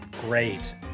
Great